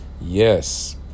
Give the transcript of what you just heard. Yes